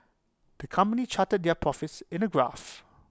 the company charted their profits in A graph